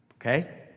Okay